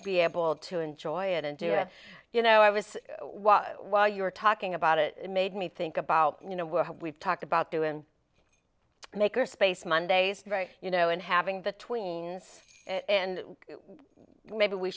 be able to enjoy it and do it you know i was was while you were talking about it it made me think about you know we've talked about doing maker space mondays very you know and having the tweens and maybe we